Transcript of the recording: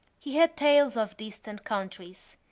he had tales of distant countries.